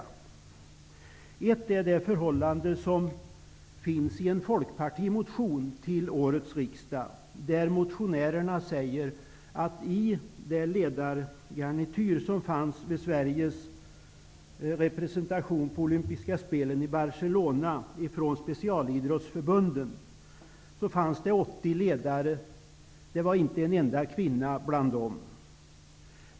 En sådan företeelse är det förhållande som tas upp i en motion från Folkpartiet till årets riksdag. Motionärerna hävdar att i det ledargarnityr på 80 personer från specialidrottsförbunden som fanns med i Sveriges representation vid de olympiska spelen i Barcelona fanns inte en enda kvinna med.